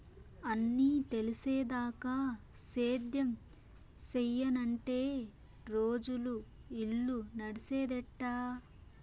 అన్నీ తెలిసేదాకా సేద్యం సెయ్యనంటే రోజులు, ఇల్లు నడిసేదెట్టా